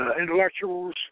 Intellectuals